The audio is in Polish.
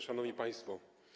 Szanowni Państwo!